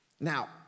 Now